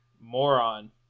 Moron